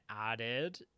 added